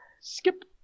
skip